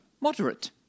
moderate